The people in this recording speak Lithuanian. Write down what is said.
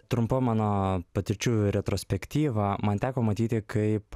trumpa mano patirčių retrospektyva man teko matyti kaip